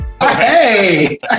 Hey